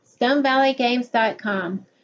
StoneValleyGames.com